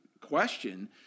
question